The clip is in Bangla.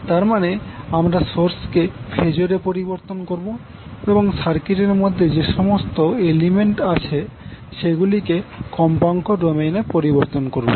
তারমানে আমরা সোর্সকে ফেজর এ পরিবর্তন করব এবং সার্কিট এর মধ্যে যে সমস্ত এলিমেন্ট আছে সেগুলিকে কম্পাঙ্ক ডোমেইনে পরিবর্তন করবো